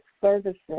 services